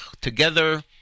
together